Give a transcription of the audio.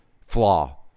flaw